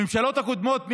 הממשלות הקודמות,